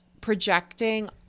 projecting